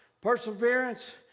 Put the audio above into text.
perseverance